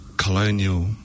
colonial